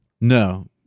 No